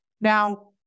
Now